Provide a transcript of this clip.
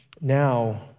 now